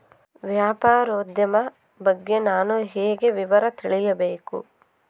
ವ್ಯಾಪಾರೋದ್ಯಮ ಬಗ್ಗೆ ನಾನು ಹೇಗೆ ವಿವರ ತಿಳಿಯಬೇಕು?